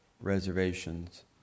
reservations